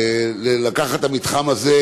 לקחת את המתחם הזה,